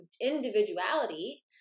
individuality